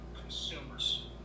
consumers